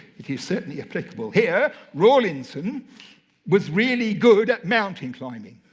it is certainly applicable here! rawlinson was really good at mountain climbing,